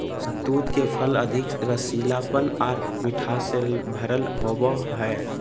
शहतूत के फल अधिक रसीलापन आर मिठास से भरल होवो हय